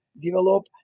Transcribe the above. develop